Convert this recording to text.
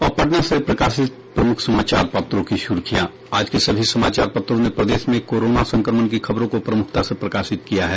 अब पटना से प्रकाशित प्रमुख समाचार पत्रों की सुर्खियां आज सभी समाचारों पत्रों ने प्रदेश में कोरोना संक्रमण की खबरों को प्रमुखता से प्रकाशित किया है